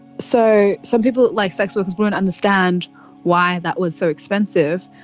so some people like sex workers won't understand why that was so expensive.